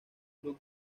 club